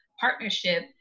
partnership